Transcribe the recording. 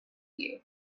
you